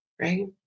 right